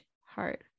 heart